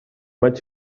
maig